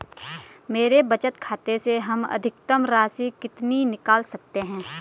मेरे बचत खाते से हम अधिकतम राशि कितनी निकाल सकते हैं?